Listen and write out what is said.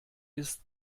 ist